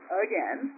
again